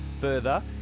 Further